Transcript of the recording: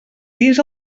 dins